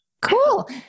Cool